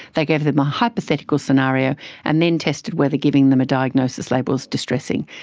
they gave them a hypothetical scenario and then tested whether giving them a diagnosis label is distressing.